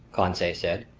conseil said,